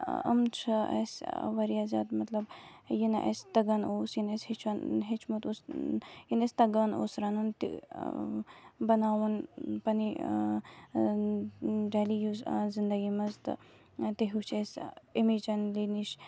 یِم چھِ اَسہِ واریاہ زیادٕ مطلب یہِ نہٕ اَسہِ تگان اوس یہِ نہٕ اَسہِ ہیچھان ہیوٚچھمُت اوس یہِ نہٕ اَسہِ تگان اوس رنُن تہِ بناوُن پَننہِ ڈیلی یوز زندگی منٛز تہٕ تہِ ہیوٚچھ اَسہِ اَمی چَنلہِ نِش